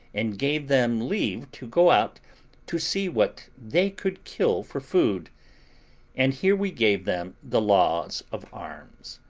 and gave them leave to go out to see what they could kill for food and here we gave them the laws of arms,